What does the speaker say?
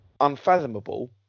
unfathomable